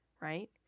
right